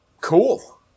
cool